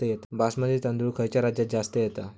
बासमती तांदूळ खयच्या राज्यात जास्त येता?